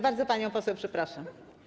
Bardzo panią poseł przepraszam.